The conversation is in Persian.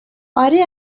اره